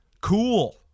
cool